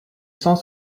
sens